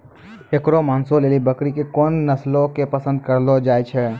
एकरो मांसो लेली बकरी के कोन नस्लो के पसंद करलो जाय छै?